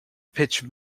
pitch